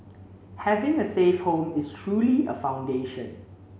having a safe home is truly a foundation